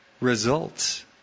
Results